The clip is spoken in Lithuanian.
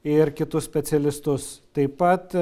ir kitus specialistus taip pat